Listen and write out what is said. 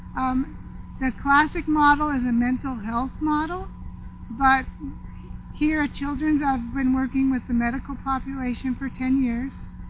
um the classic model is a mental health model but here at children's i've been working with the medical population for ten years.